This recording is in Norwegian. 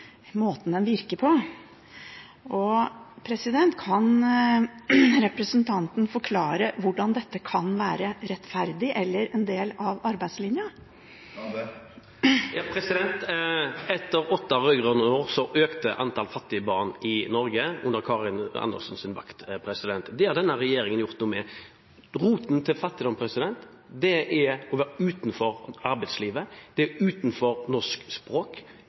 måten den virker på. Kan representanten forklare hvordan dette kan være rettferdig eller en del av arbeidslinja? Etter åtte rød-grønne år økte antall fattige barn i Norge, under Karin Andersens vakt. Det har denne regjeringen gjort noe med. Roten til fattigdom er å være utenfor arbeidslivet. Det er å være utenfor norsk språk.